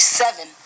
seven